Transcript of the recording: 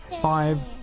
five